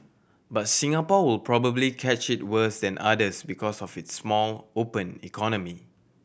but Singapore will probably catch it worse than others because of its small open economy